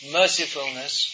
mercifulness